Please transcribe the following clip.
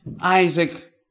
Isaac